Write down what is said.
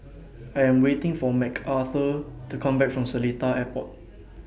I Am waiting For Mcarthur to Come Back from Seletar Airport